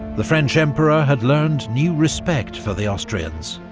the french emperor had learned new respect for the austrians.